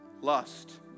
Lust